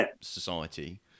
society